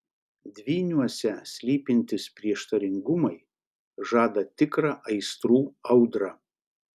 dvyniuose slypintys prieštaringumai žada tikrą aistrų audrą